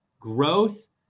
Growth